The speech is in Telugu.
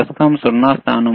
ప్రస్తుతం 0 స్థానం